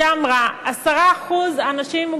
שאמרה: 10% אנשים עם מוגבלות.